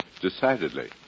Decidedly